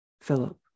Philip